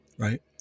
Right